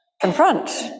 confront